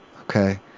okay